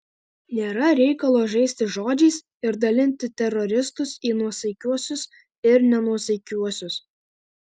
nėra reikalo žaisti žodžiais ir dalinti teroristus į nuosaikiuosius ir nenuosaikiuosius